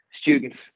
students